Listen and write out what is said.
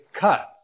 cut